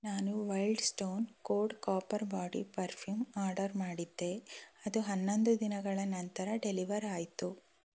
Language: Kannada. ನಾನು Wild Stone Code Copper body perfume order ಮಾಡಿದ್ದೆ ಅದು ಹನ್ನೊಂದು ದಿನಗಳ ನಂತರ ಡೆಲಿವರ್ ಆಯಿತು